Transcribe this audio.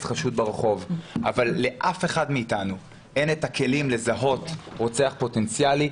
חשוד ברחוב אבל לאף אחד מאתנו אין את הכלים לזהות רוצח פוטנציאלי.